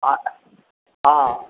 आ हँ